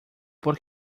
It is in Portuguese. por